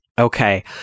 Okay